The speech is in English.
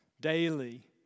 daily